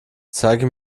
zeige